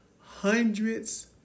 hundreds